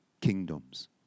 kingdoms